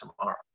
tomorrow